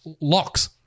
locks